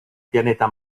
pianeta